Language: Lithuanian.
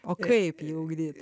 o kaip jį ugdyt